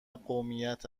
قومیت